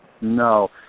No